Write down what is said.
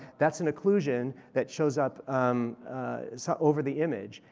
that's an inclusion that shows up over the image.